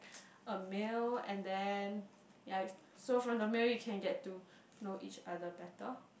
a meal and then ya so from the meal you can get to know each other better